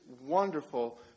wonderful